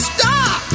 Stop